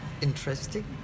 interesting